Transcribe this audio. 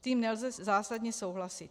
S tím nelze zásadně souhlasit.